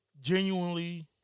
genuinely